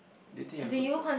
they think you have good pa~